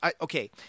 okay